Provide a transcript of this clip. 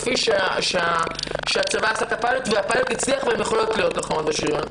כפי שנעשה בפיילוט שהצליח והן יכולות להיות לוחמות בשריון.